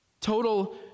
Total